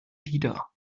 wieder